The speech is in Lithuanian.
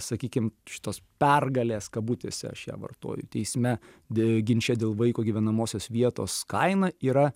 sakykim šitos pergalės kabutėse aš ją vartoju teisme dė ginče dėl vaiko gyvenamosios vietos kaina yra